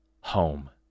home